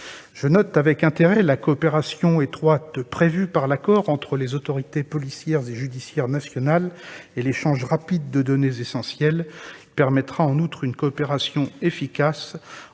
Je note avec intérêt la coopération étroite prévue par l'accord entre les autorités policières et judiciaires nationales et l'échange rapide de données essentielles. Cela permettra, en outre, une coopération efficace